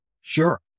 Sure